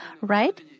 right